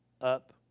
up